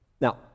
Now